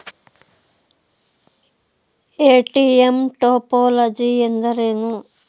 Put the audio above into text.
ATM topology ಎಂದರೇನು?